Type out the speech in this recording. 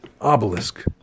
obelisk